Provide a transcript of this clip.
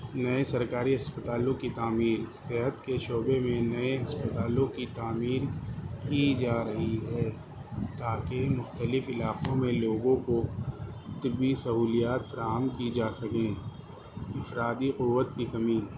نئے سرکاری اسپتالوں کی تعمیر صحت کے شعبے میں نئے اسپتالوں کی تعمیر کی جا رہی ہے تاکہ مختلف علاقوں میں لوگوں کو طبی سہولیات فراہم کی جا سکیں افرادی قوت کی کمی